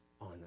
on